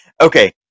Okay